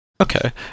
Okay